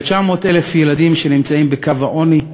ל-900,000 ילדים שנמצאים בקו העוני,